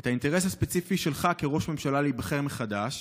את האינטרס הספציפי שלך כראש ממשלה להיבחר מחדש